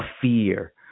fear